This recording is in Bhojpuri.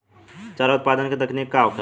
चारा उत्पादन के तकनीक का होखे?